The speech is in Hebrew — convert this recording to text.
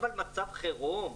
אבל מצב חירום,